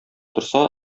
торса